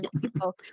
people